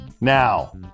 Now